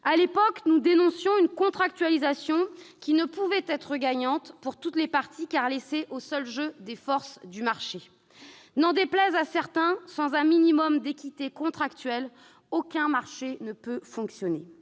À l'époque, nous dénoncions une contractualisation qui ne pouvait être gagnante pour toutes les parties, car elle était laissée au seul jeu des forces du marché. N'en déplaise à certains, sans un minimum d'équité contractuelle, aucun marché ne peut fonctionner.